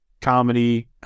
comedy